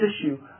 issue